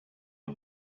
the